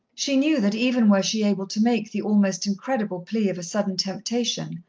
she knew that even were she able to make the almost incredible plea of a sudden temptation,